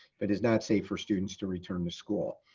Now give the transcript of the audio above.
but it's not safe for students to return to school.